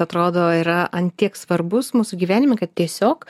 atrodo yra ant tiek svarbus mūsų gyvenime kad tiesiog